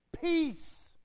Peace